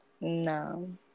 No